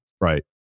right